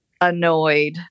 annoyed